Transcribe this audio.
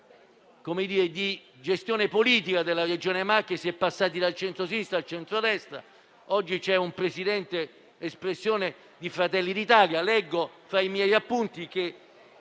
di gestione politica della Regione Marche e si è passati dal centrosinistra al centrodestra: oggi c'è un presidente espressione di Fratelli d'Italia. Leggo tra i miei appunti che